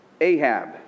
Ahab